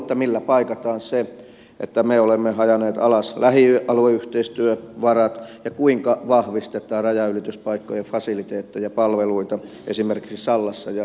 millä paikataan se että me olemme ajaneet alas lähialueyhteistyövarat ja kuinka vahvistetaan rajanylityspaikkojen fasiliteetteja palveluita esimerkiksi sallassa ja raja joosepissa